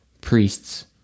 priests